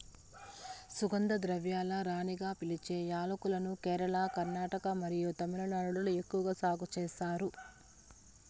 సుగంధ ద్రవ్యాల రాణిగా పిలిచే యాలక్కులను కేరళ, కర్ణాటక మరియు తమిళనాడులో ఎక్కువగా సాగు చేస్తారు